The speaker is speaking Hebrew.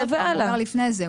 הוא אומר לפני זה,